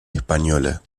española